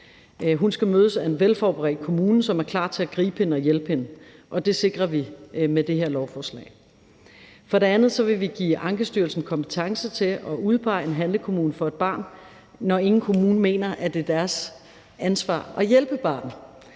Hun skal mødes af en velforberedt kommune, som er klar til at gribe hende og hjælpe hende, og det sikrer vi med det her lovforslag. For det andet vil vi give Ankestyrelsen kompetence til at udpege en handlekommune for et barn, når ingen kommune mener, at det er deres ansvar at hjælpe barnet.